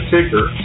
Ticker